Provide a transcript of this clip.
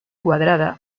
cuadrada